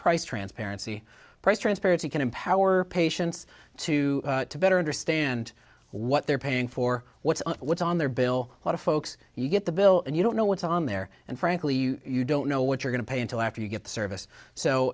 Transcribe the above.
price transparency price transparency can empower patients to better understand what they're paying for what's what's on their bill a lot of folks you get the bill and you don't know what's on there and frankly you don't know what you're going to pay until after you get service so